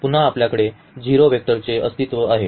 पुन्हा आपल्याकडे 0 वेक्टरचे अस्तित्व आहे